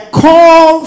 call